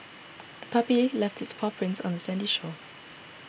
the puppy left its paw prints on the sandy shore